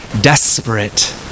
desperate